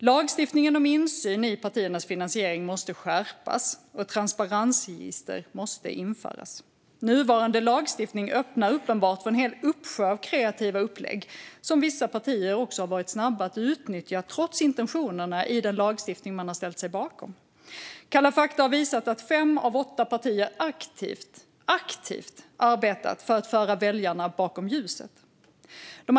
Lagstiftningen om insyn i partiernas finansiering måste skärpas, och ett transparensregister måste införas. Nuvarande lagstiftning öppnar uppenbart för en hel uppsjö av kreativa upplägg som vissa partier också har varit snabba att utnyttja, trots intentionerna i den lagstiftning de har ställt sig bakom. Kalla fakta har visat att fem av åtta partier aktivt har arbetat för att föra väljarna bakom ljuset - aktivt!